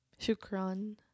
shukran